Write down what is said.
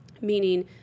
Meaning